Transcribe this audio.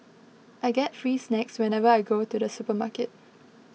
I get free snacks whenever I go to the supermarket